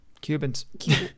cubans